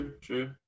true